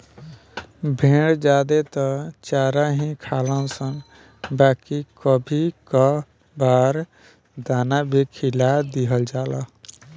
भेड़ ज्यादे त चारा ही खालनशन बाकी कभी कभार दाना भी खिया दिहल जाला